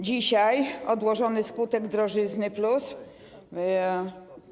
Dzisiaj: odłożony skutek drożyzny+.